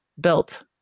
built